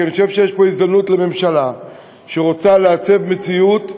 כי אני חושב שיש פה הזדמנות לממשלה שרוצה לעצב מציאות,